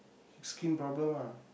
skin problem ah